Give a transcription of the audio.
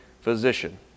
physician